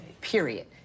period